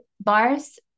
bars